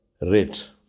rate